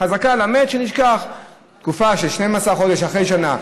חזקה על המת שנשכח, תקופה של 12 חודש, אחרי שנה.